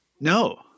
No